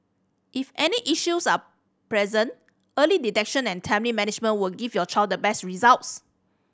if any issues are present early detection and timely management will give your child the best results